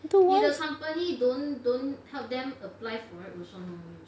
otherwise